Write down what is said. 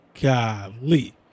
Golly